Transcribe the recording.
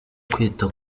kwita